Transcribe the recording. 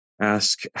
ask